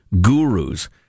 gurus